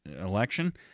election